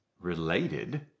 related